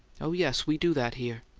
oh, yes we do that here!